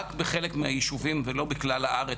רק בחלק מהיישובים ולא בכלל הארץ,